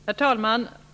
Herr talman!